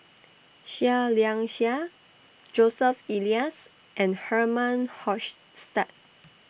Seah Liang Seah Joseph Elias and Herman Hochstadt